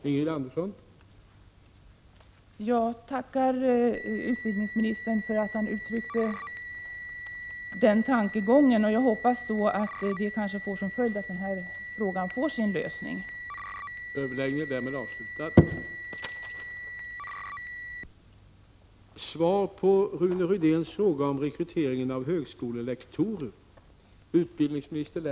Herr talman! Jag tackar utbildningsministern för att han uttryckte denna tankegång. Jag hoppas att detta skall kunna få till följd att frågan får sin lösning.